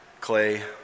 clay